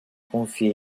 confié